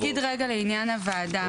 אני אגיד רגע לעניין הוועדה.